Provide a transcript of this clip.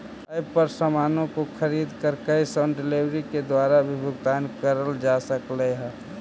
app पर सामानों को खरीद कर कैश ऑन डिलीवरी के द्वारा भी भुगतान करल जा सकलई